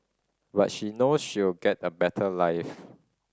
but she know she'll get a better life